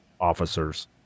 officers